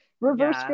reverse